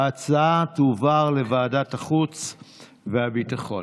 ההצעה תועבר לוועדת החוץ והביטחון.